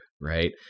right